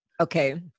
Okay